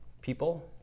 people